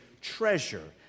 treasure